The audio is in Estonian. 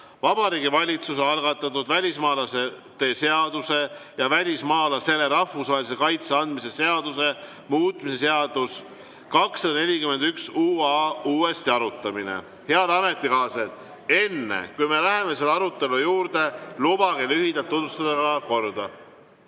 Vabariigi Valitsuse algatatud välismaalaste seaduse ja välismaalasele rahvusvahelise kaitse andmise seaduse muutmise seaduse 241 uuesti arutamine. Head ametikaaslased! Enne, kui me läheme arutelu juurde, lubage lühidalt tutvustada